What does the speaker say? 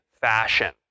fashion